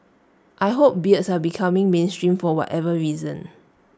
I hope beards are becoming mainstream for whatever reason